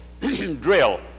drill